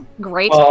Great